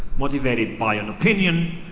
motivated by an opinion,